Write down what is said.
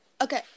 okay